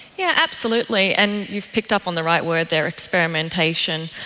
yeah absolutely, and you've picked up on the right word there, experimentation.